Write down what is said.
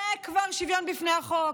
זה כבר שוויון בפני החוק.